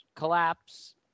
collapse